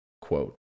quote